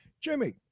Jimmy